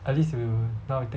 at least you now you take